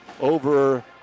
over